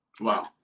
Wow